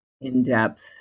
in-depth